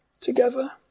together